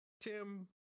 Tim